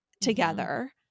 together